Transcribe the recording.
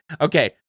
Okay